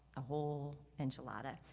ah whole enchilada.